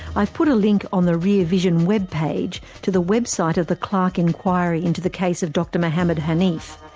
i've put a link on the rear vision web page to the website of the clarke inquiry into the case of dr mohamed haneef.